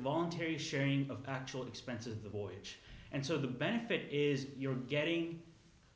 voluntary sharing of actual expenses of the voyage and so the benefit is you're getting